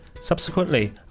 Subsequently